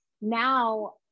now